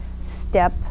step